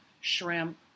shrimp